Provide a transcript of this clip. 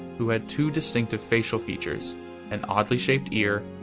who had two distinctive facial features an oddly shaped ear,